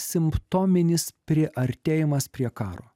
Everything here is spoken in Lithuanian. simptominis priartėjimas prie karo